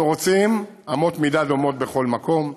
אנחנו רוצים אמות מידה דומות בכל מקום.